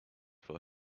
for